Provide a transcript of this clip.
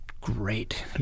great